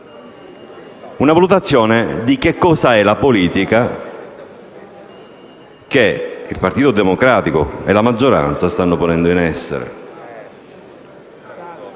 in questa, e della politica che il Partito Democratico e la maggioranza stanno ponendo in essere.